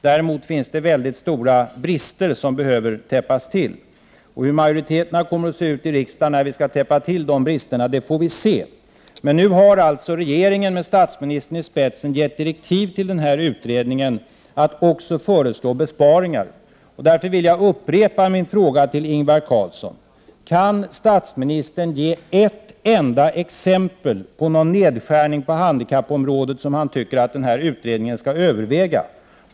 Däremot finns det avsevärda brister som behöver avhjälpas. Hur majoriteterna kommer att se ut i riksdagen när vi skall avhjälpa dessa brister får vi se. Men nu har alltså regeringen med statsministern i spetsen gett direktiv till den här utredningen att också föreslå besparingar. Därför vill jag upprepa min fråga till Ingvar Carlsson: Kan statsministern ge ett enda exempel på någon nedskärning inom handikappområdet som han tycker att utredningen skall överväga?